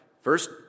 First